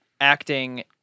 acting